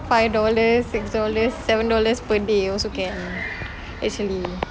five dollars six dollars seven dollars per day also can actually